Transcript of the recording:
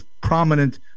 prominent